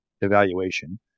evaluation